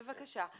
בבקשה.